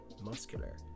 muscular